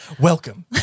Welcome